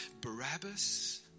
Barabbas